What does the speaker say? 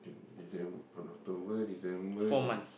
De~ Decem~ on October December Janua~